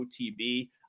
OTB